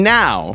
now